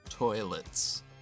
toilets